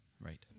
right